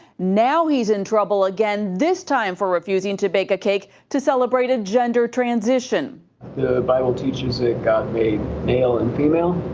now he is in trouble again, this time for refusing to bake a cake to celebrate a gender transition. the bible teaches that god made male and female.